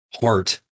heart